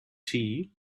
tea